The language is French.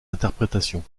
interprétations